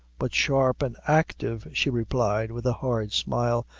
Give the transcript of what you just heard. but sharp an' active, she replied, with a hard smile,